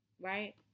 right